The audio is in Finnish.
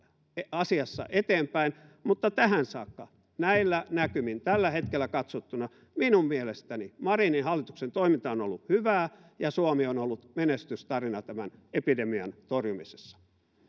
asiassa eteenpäin mutta tähän saakka näillä näkymin tällä hetkellä katsottuna minun mielestäni marinin hallituksen toiminta on on ollut hyvää ja suomi on ollut menestystarina tämän epidemian torjumisessa